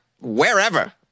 wherever